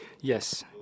Yes